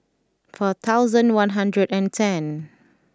four thousand one hundred and ten